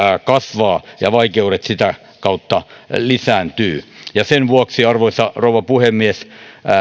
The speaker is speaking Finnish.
kasvaa ja vaikeudet sitä kautta lisääntyvät sen vuoksi arvoisa rouva puhemies